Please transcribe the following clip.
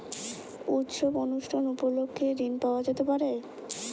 উৎসব অনুষ্ঠান উপলক্ষে ঋণ পাওয়া যেতে পারে?